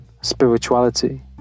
spirituality